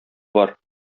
бар